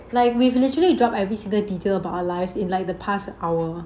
like we literally drop every single detail about our lives in like the past hour